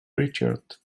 richard